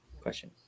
Question